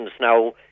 now